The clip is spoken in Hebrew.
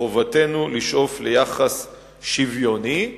מחובתנו לשאוף ליחס שוויוני,